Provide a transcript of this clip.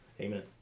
Amen